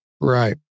Right